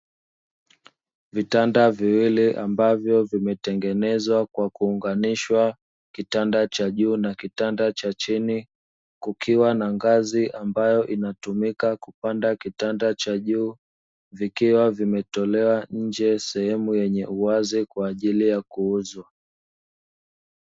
Vitanda viwili ambavyo vimetengenezwa kwa kuunganisha kitanda cha juu na cha chini, kukiwa na ngazi, ambayo inatumika kupanda kitanda cha juu vikiwa vimetolewa nje sehemu ya uwazi kwa ajili ya kuuzwa.